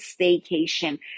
staycation